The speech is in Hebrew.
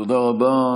תודה רבה.